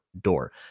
door